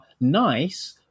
nice